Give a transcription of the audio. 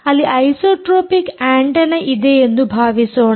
ಅಲ್ಲಿ isotropic antenna ಇದೆ ಎಂದು ಭಾವಿಸೋಣ